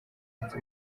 hanze